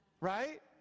right